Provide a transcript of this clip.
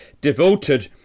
devoted